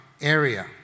area